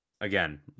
again